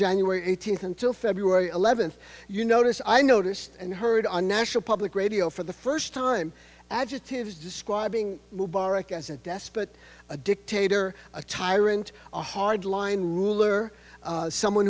january eighteenth until february eleventh you notice i noticed and heard on national public radio for the first time adjectives describing mubarak as a despot a dictator a tyrant a hardline ruler someone